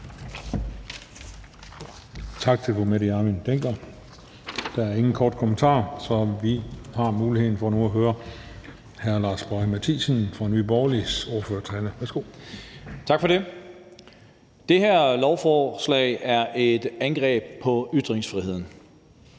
Tak for det. Det her lovforslag er et angreb på ytringsfriheden,